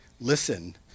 listen